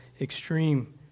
extreme